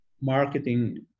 marketing